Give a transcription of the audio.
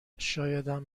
شایدم